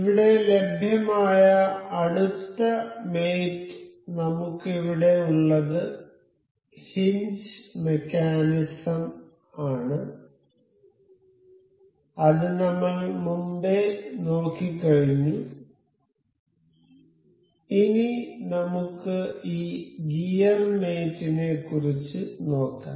ഇവിടെ ലഭ്യമായ അടുത്ത മേറ്റ് നമുക്കിവിടെ ഉള്ളത് ഹിൻജ് മെക്കാനിസം ആണ് അത് നമ്മൾ മുൻപേ നോക്കിക്കഴിഞ്ഞു ഇനി നമുക്ക് ഈ ഗിയർ മേറ്റ് നെ ക്കുറിച്ച് നോക്കാം